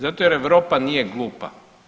Zato jer Europa nije glupa.